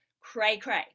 cray-cray